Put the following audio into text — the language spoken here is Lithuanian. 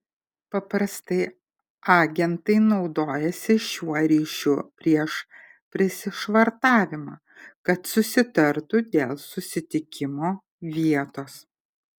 paprastai agentai naudojasi šiuo ryšiu prieš prisišvartavimą kad susitartų dėl susitikimo vietos